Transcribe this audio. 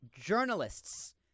journalists